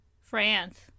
France